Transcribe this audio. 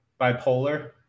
bipolar